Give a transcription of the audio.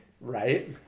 Right